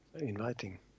inviting